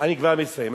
אני כבר מסיים,